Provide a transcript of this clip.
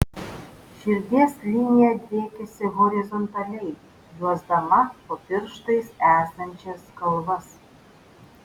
širdies linija driekiasi horizontaliai juosdama po pirštais esančias kalvas